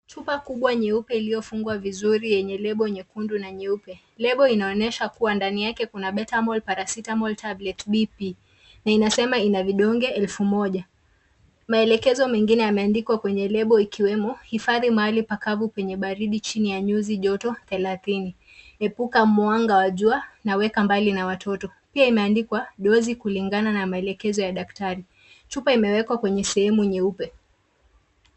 Chupa kubwa nyeupe iliyofungwa vizuri yenye lebo nyekundu na nyeupe. Lebo inaonyesh kuwa ndani yake kuna Betamol, Paracetamol Tablets B.P. na inasema ina vidonge elfu moja. Maelekezo mengine yameandikwa kwenye lebo ikiwemo: hifadhi mahali pakavu yenye baridi chini ya nyuzi joto thelathini, epuka mwanga wa jua na weka mbali na watoto. Pia imeandikwa dosi kulingana na maelekezo ya madaktari. Chupa imewekwa kwenye sehemu nyeupe.